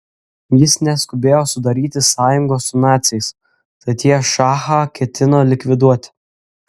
jis neskubėjo sudaryti sąjungos su naciais tad jie šachą ketino likviduoti